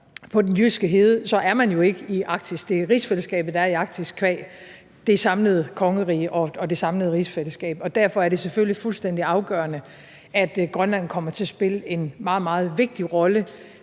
på den jyske hede, er man jo ikke i Arktis. Det er rigsfællesskabet, der er i Arktis qua det samlede kongerige og det samlede rigsfællesskab. Derfor er det selvfølgelig fuldstændig afgørende, at Grønland kommer til at spille en meget, meget vigtig rolle,